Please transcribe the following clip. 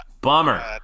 bummer